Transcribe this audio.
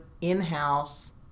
in-house